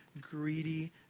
greedy